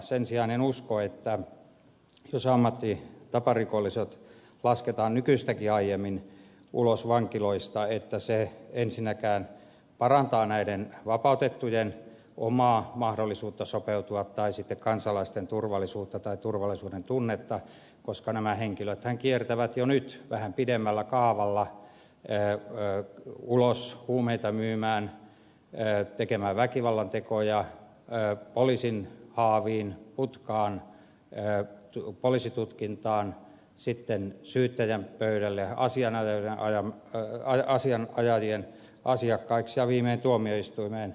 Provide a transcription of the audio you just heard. sen sijaan en usko että jos taparikolliset lasketaan nykyistäkin aiemmin ulos vankiloista niin se ensinnäkään parantaa näiden vapautettujen omaa mahdollisuutta sopeutua tai sitten kansalaisten turvallisuutta tai turvallisuuden tunnetta koska nämä henkilöthän kiertävät jo nyt vähän pidemmällä kaavalla ulos huumeita myymään tekemään väkivallantekoja poliisin haaviin putkaan poliisitutkintaan sitten syyttäjän pöydälle ja asianajajien asiakkaiksi ja viimein tuomioistuimeen